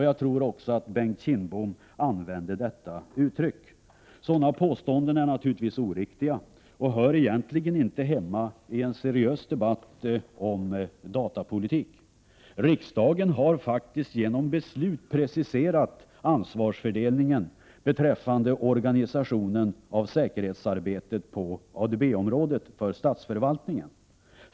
Jag tror att också Bengt Kindbom använde det uttrycket. Sådana påståenden är naturligtvis oriktiga och hör egentligen inte hemma i en seriös debatt om datapolitik. Riksdagen har faktiskt genom beslut preciserat ansvarsfördelningen beträffande organisationen av säkerhetsarbetet på ADB-området för statsförvaltningen.